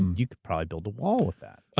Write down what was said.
you could probably build a wall with that.